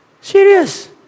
Serious